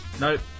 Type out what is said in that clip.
Nope